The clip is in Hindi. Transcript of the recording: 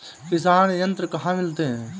किसान यंत्र कहाँ मिलते हैं?